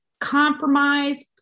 compromise